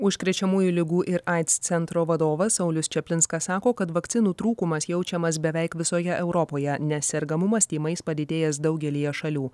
užkrečiamųjų ligų ir aids centro vadovas saulius čaplinskas sako kad vakcinų trūkumas jaučiamas beveik visoje europoje nes sergamumas tymais padidėjęs daugelyje šalių